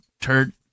turd